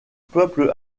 peuple